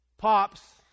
Pops